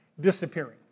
disappearing